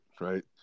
right